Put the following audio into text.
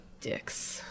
dicks